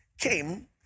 came